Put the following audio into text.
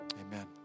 Amen